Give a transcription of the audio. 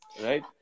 right